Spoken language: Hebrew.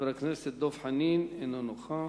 חבר הכנסת דב חנין, אינו נוכח.